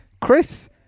Chris